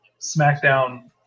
SmackDown